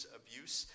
abuse